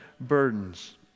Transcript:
burdens